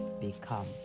become